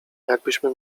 jakbyśmy